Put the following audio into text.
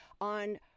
on